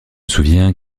souvient